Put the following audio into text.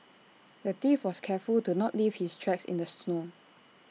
the thief was careful to not leave his tracks in the snow